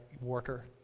worker